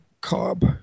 cob